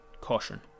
caution